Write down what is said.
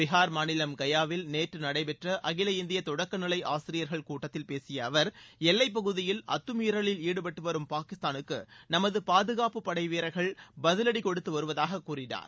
பீகார் மாநிலம் கயாவில் நேற்று நடைபெற்ற அகில இந்திய தொடக்க நிலை ஆசிரியர்கள் கூட்டத்தில் பேசிய அவர் எல்லைப் பகுதியில் அத்துமீறலில் ஈடுபட்டுவரும் பாகிஸ்தானுக்கு நமது பாதுகாப்பு படை வீரர்கள் பதிவடி கொடுத்து வருவதாக கூறினார்